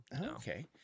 Okay